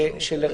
גם בשפרעם.